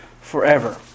forever